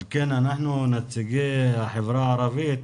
על כן אנחנו, נציגי החברה הערבית,